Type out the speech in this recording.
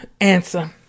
Answer